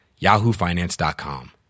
YahooFinance.com